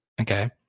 Okay